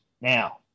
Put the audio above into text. Now